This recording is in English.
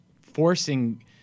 forcing